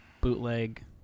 bootleg